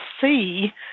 see